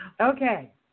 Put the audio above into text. Okay